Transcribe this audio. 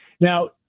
Now